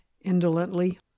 indolently